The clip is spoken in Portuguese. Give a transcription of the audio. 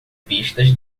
pistas